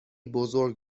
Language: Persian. بزرگ